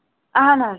اَہن حظ